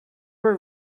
were